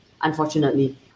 unfortunately